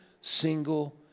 single